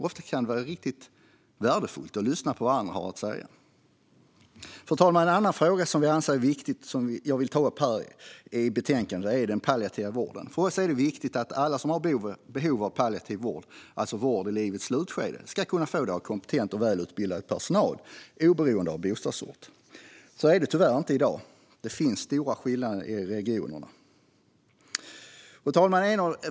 Ofta kan det vara riktigt värdefullt att lyssna på vad andra har att säga. Fru talman! En annan fråga i betänkandet som vi anser är viktig och som jag vill ta upp här är den palliativa vården. För oss är det viktigt att alla som har behov av palliativ vård, alltså vård i livets slutskede, ska kunna få sådan vård av kompetent och välutbildad personal oberoende av bostadsort. Så är det tyvärr inte i dag. Det finns stora skillnader mellan regionerna. Fru talman!